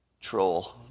troll